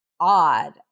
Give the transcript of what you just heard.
odd